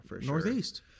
Northeast